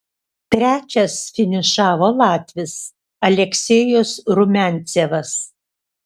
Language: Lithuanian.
trečias finišavo latvis aleksejus rumiancevas